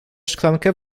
szklankę